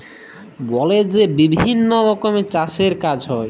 বলে যে বিভিল্ল্য রকমের চাষের কাজ হ্যয়